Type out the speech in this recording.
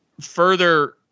further